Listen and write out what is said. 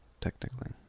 technically